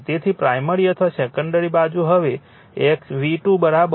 તેથી પ્રાઇમરી અથવા સેકન્ડરી બાજુ હવે V2 E2 છે